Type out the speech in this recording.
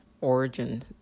origin